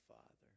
Father